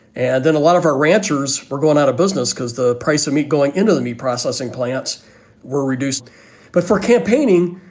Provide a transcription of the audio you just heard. and then a lot of our ranchers are going out of business because the price of meat going into the meat processing plants were reduced but for campaigning,